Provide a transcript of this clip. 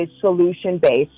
solution-based